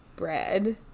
Bread